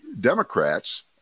Democrats